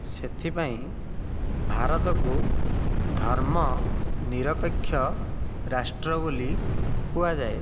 ସେଥିପାଇଁ ଭାରତକୁ ଧର୍ମନିରପେକ୍ଷ ରାଷ୍ଟ୍ର ବୋଲି କୁହାଯାଏ